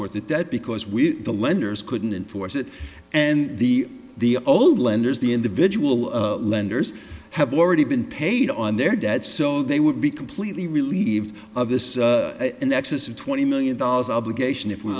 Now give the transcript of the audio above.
worth of debt because we the lenders couldn't enforce it and the the old lenders the individual lenders have already been paid on their dead so they would be completely relieved of this in excess of twenty million dollars obligation if